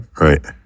right